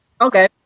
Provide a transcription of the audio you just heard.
Okay